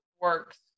works